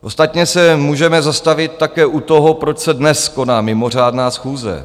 Ostatně se můžeme zastavit také u toho, proč se dnes koná mimořádná schůze.